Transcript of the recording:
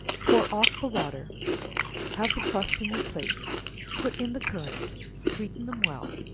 pour off the water have the crust in your plates put in the currants, sweeten them well